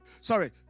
sorry